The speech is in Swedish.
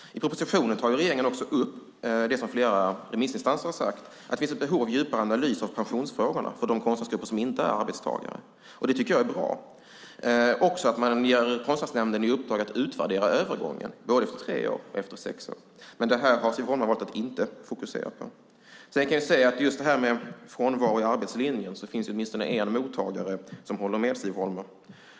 I propositionen tar regeringen upp det som flera remissinstanser har sagt, nämligen att det finns ett behov av djupare analys av pensionsfrågorna för de konstnärsgrupper som inte är arbetstagare. Det tycker jag är bra. Man ger Konstnärsnämnden i uppdrag att utvärdera övergången efter tre år och efter sex år. Det har Siv Holma valt att inte fokusera på. När det gäller frånvaro av arbetslinje finns det i alla fall en mottagare som håller med Siv Holma.